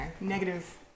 negative